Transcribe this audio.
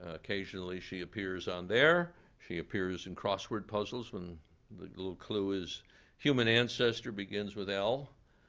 occasionally she appears on there. she appears in crossword puzzles when the little clue is human ancestor begins with l,